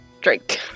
drink